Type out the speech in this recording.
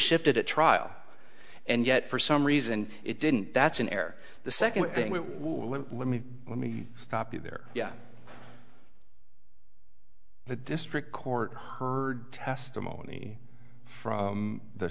shifted at trial and yet for some reason it didn't that's an air the second thing when we let me stop you there yeah the district court heard testimony from the